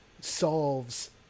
solves